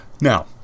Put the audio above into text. Now